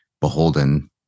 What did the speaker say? beholden